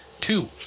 two